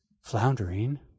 floundering